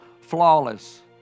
flawless